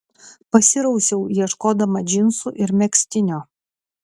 pasirausiau ieškodama džinsų ir megztinio